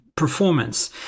performance